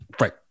Right